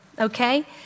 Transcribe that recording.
okay